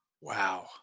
Wow